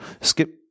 skip